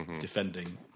defending